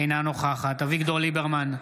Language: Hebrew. אינה נוכחת אביגדור ליברמן,